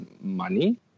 money